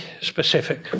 specific